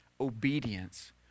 obedience